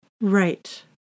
Right